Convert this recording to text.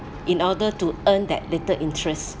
in order to earn that little interest